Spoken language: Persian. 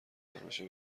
داربشه